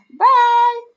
bye